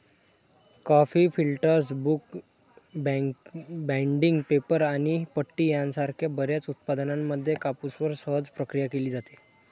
coffee filters, book binding, paper आणि पट्टी यासारख्या बर्याच उत्पादनांमध्ये कापूसवर सहज प्रक्रिया केली जाते